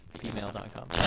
gmail.com